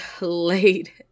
late